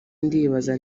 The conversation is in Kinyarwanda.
ndibaza